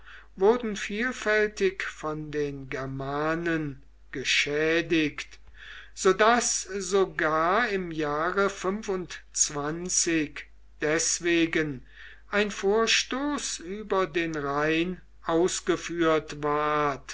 wurden vielfältig von den germanen geschädigt so daß sogar im jahre deß ein vorstoß über den rhein ausgeführt ward